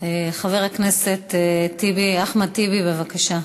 חבר הכנסת אחמד טיבי, בבקשה,